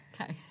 Okay